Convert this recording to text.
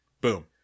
Boom